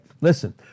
listen